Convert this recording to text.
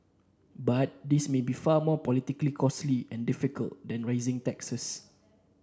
but this may be far more politically costly and difficult than raising taxes